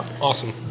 Awesome